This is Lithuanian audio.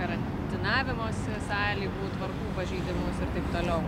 karantinavimosi sąlygų tvarkų pažeidimus ir taip toliau